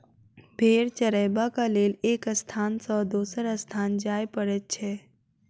भेंड़ चरयबाक लेल एक स्थान सॅ दोसर स्थान जाय पड़ैत छै